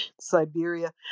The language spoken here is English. Siberia